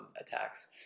attacks